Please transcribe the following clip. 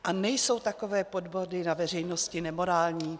A nejsou takové podvody na veřejnosti nemorální?